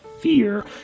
fear